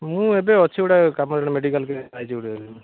ମୁଁ ଏବେ ଅଛି ଗୋଟେ କାମରେ ମେଡ଼ିକାଲ୍ରେ କେସ୍ରେ ଆଇଛି ଗୋଟିଏ